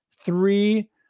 three